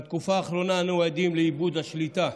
בתקופה האחרונה אנו עדים לאיבוד השליטה,